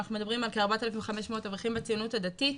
אנחנו מדברים על כארבעת אלפים חמש מאות אברכים בציונות הדתית.